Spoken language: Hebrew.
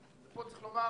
ופה צריך לומר